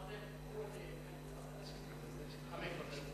בעד, שמונה חברי כנסת,